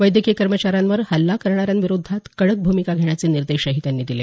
वैद्यकीय कर्मचाऱ्यांवर हल्ला करणाऱ्यांविरोधात कडक भूमिका घेण्याचे निर्देश पंतप्रधानांनी दिले